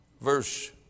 Verse